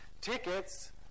Tickets